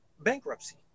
bankruptcy